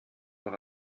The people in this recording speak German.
doch